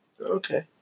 Okay